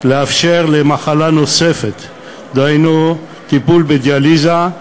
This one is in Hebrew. לאפשר למחלה נוספת, דהיינו טיפול בדיאליזה,